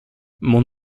mon